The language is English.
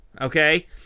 Okay